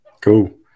Cool